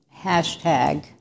hashtag